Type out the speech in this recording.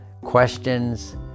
questions